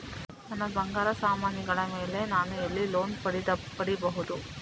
ನನ್ನ ಬಂಗಾರ ಸಾಮಾನಿಗಳ ಮೇಲೆ ನಾನು ಎಲ್ಲಿ ಲೋನ್ ಪಡಿಬಹುದು?